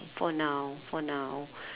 for now for now